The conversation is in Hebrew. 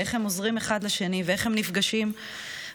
איך הם עוזרים אחד לשני ואיך הם נפגשים ביחד